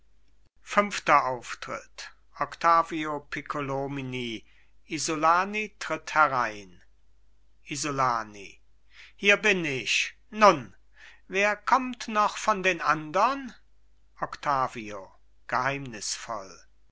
fünfter auftritt octavio piccolomini isolani tritt herein isolani hier bin ich nun wer kommt noch von den andern octavio geheimnisvoll